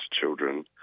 children